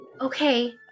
Okay